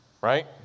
right